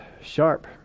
sharp